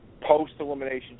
post-elimination